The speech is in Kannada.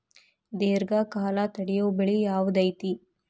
ದೇರ್ಘಕಾಲ ತಡಿಯೋ ಬೆಳೆ ಯಾವ್ದು ಐತಿ?